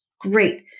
Great